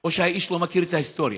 או שהאיש לא מכיר את ההיסטוריה.